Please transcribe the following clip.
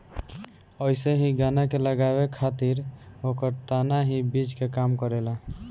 अइसे ही गन्ना के लगावे खातिर ओकर तना ही बीज के काम करेला